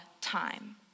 time